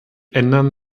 ändern